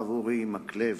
הרב אורי מקלב,